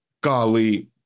Golly